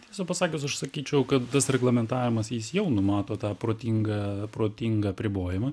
tiesą pasakius aš sakyčiau kad tas reglamentavimas jis jau numato tą protingą protingą apribojimą